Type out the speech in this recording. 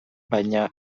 baina